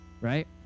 right